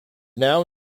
now